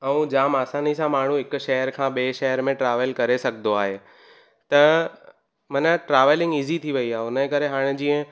ऐं जामु आसानी सां माण्हू हिकु शहर खां ॿिए शहर में ट्रावल करे सघंदो आहे त माना ट्रावलिंग इज़ी थी वई आहे उन जे करे हाणे जीअं